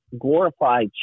glorified